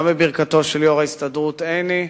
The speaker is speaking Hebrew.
גם בברכתו של יושב-ראש ההסתדרות עיני,